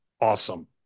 awesome